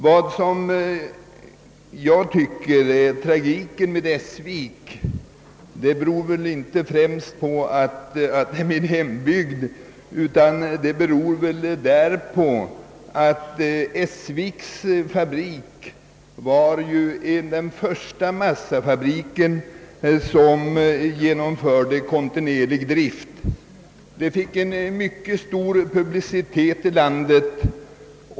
Tragiken i fallet Essviks sulfitfabrik är inte först och främst att Essvik är min egen hembygd utan att fabriken där var den första massafabrik som införde kontinuerlig drift. Detta fick också stor publicitet i hela landet.